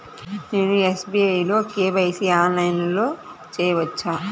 నేను ఎస్.బీ.ఐ లో కే.వై.సి ఆన్లైన్లో చేయవచ్చా?